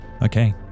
Okay